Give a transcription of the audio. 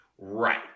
Right